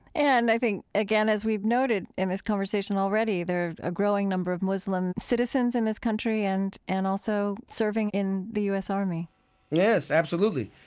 and i think, again, as we've noted in this conversation already, there are a growing number of muslim citizens in this country and and also serving in the u s. army yes, absolutely.